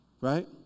right